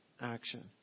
action